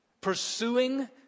Pursuing